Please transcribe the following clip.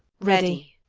ready.